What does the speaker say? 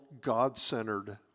God-centered